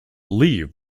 leave